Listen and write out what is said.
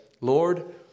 Lord